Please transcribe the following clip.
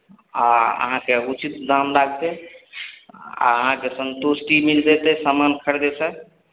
आ अहाँकेँ उचित दाम लागतै आ अहाँकेँ सन्तुष्टि मिल जेतै सामान खरीदयसँ